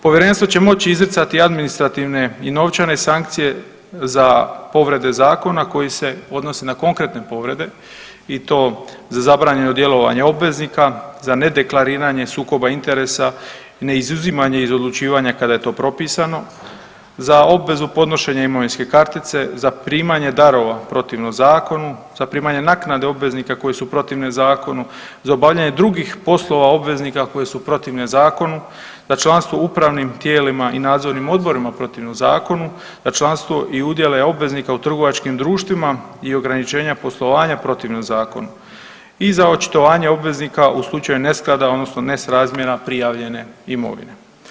Povjerenstvo će moći izricati administrativne i novčane sankcije za povrede Zakona koji se odnose na konkretne povrede i to za zabranjeno djelovanje obveznike, za nedeklariranje sukoba interesa, neizuzimanje iz odlučivanja kada je to propisano, za obvezu podnošenja imovinske kartice, za primanje darova protivno zakonu, da primanje naknade obveznika koje su protivne zakonu, za obavljanje drugih poslova obveznika koje su protivne zakonu, za članstvo u upravnim tijelima i nadzornim odborima protivno zakonu, za članstvo i udjele obveznika u trgovačkim društvima i ograničenja poslovanja protivno zakonu i za očitovanje obveznika u slučaju nesklada, odnosno nesrazmjera prijavljene imovine.